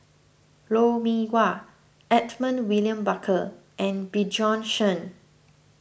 Lou Mee Wah Edmund William Barker and Bjorn Shen